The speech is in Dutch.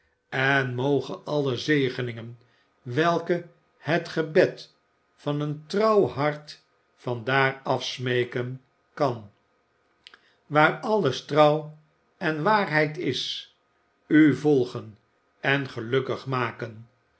en mogen alle zegeningen welke het gebed van een trouw hart van daar afsmeeken kan waar alles trouw en waarheid is u volgen en gelukkig maken